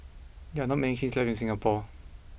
there are not many kilns left in Singapore